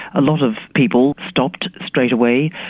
a lot of people stopped straight away.